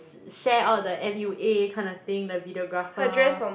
share all the m_u_a kinda thing the videographer